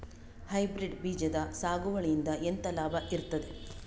Hybrid ಬೀಜದ ಸಾಗುವಳಿಯಿಂದ ಎಂತ ಲಾಭ ಇರ್ತದೆ?